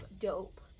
dope